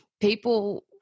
people